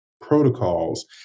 protocols